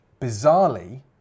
bizarrely